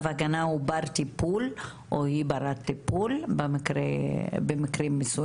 הגנה הוא בר טיפול או היא ברת טיפול במקרים מסוימים,